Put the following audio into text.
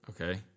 okay